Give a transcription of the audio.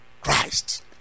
Christ